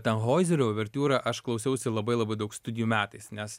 tanhoizerio uvertiūrą aš klausiausi labai labai daug studijų metais nes